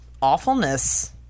awfulness